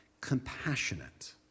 Compassionate